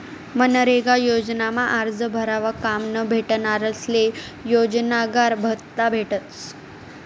मनरेगा योजनामा आरजं भरावर काम न भेटनारस्ले बेरोजगारभत्त्ता भेटस